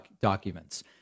documents